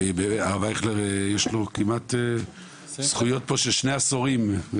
לרב אייכלר יש פה כמעט זכויות של שני עשורים.